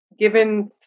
given